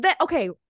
okay